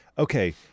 Okay